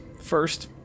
First